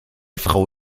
frau